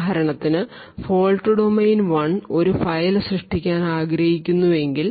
ഉദാഹരണത്തിന് fault domain 1 ഒരു file സൃഷ്ടിക്കാൻ ആഗ്രഹിക്കുന്നുവെങ്കിൽ